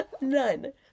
None